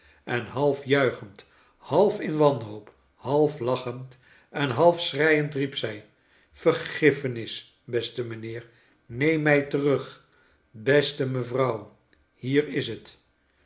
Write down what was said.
en half juichend half in wanboop half lachend en half s c lire i end riep zij vergiffenis beste mijnheer neem mij terug beste mevrouw hier is het